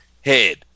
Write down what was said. head